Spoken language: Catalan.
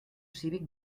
cívic